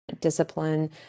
discipline